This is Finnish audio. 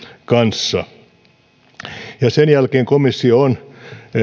kanssa sen jälkeen komissio on